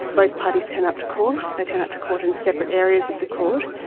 both parties turn up to court, they turn up to court in separate areas of the court,